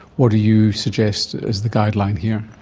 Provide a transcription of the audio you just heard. what do you suggest as the guideline here?